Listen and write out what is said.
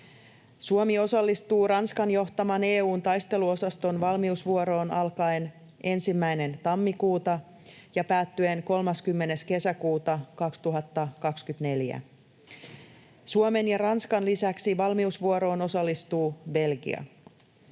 Suomi osallistuu Ranskan johtaman EU:n taisteluosaston valmiusvuoroon alkaen 1. tammikuuta ja päättyen 30. kesäkuuta 2024. Suomen ja Ranskan lisäksi valmiusvuoroon osallistuu Belgia.